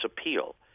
appeal